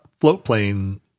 floatplane